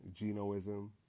genoism